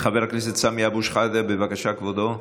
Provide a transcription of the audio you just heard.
חבר הכנסת סמי אבו שחאדה, בבקשה, כבודו,